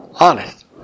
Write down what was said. Honest